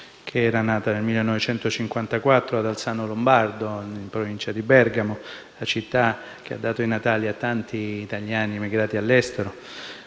che era nata nel 1954 ad Alzano Lombardo, in provincia di Bergamo, la città che ha dato i natali a tanti italiani emigrati all'estero,